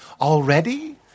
already